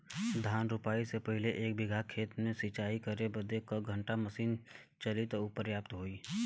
धान रोपाई से पहिले एक बिघा खेत के सिंचाई करे बदे क घंटा मशीन चली तू पर्याप्त होई?